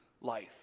life